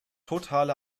totale